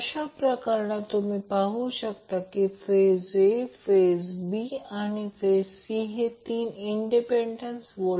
या प्रकरणात या प्रकरणात ZL आहे जेथे ZL निश्चित आहे परंतु RL व्हेरिएबल आहे